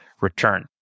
return